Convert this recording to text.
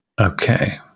Okay